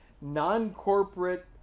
non-corporate